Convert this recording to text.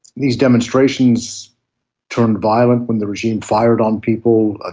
these demonstrations turned violent when the regime fired on people, ah